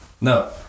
no